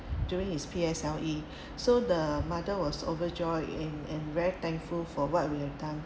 during his P_S_L_E so the mother was overjoyed and and very thankful for what we have done